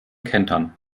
kentern